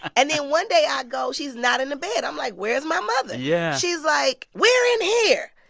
and then one day, i go she's not in the bed. i'm like, where's my mother? yeah she's like, we're in here.